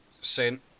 sent